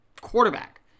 quarterback